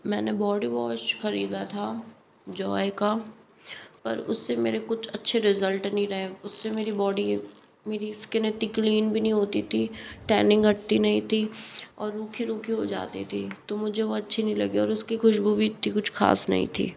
मैंने body wash खरीदा था जॉय का पर उससे कुछ अच्छे रिजल्ट नहीं रहे उससे मेरी बॉडी मेरी स्किन इतनी क्लीन भी नहीं होती थी टैनिंग हटती नहीं थी और रूखी रूखी हो जाती थी तो मुझे वो अच्छी नहीं लागी और और उसकी खुशबू भी इतनी कुछ खास नहीं थी